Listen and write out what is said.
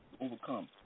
Overcome